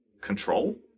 control